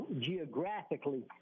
geographically